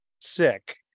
sick